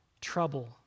trouble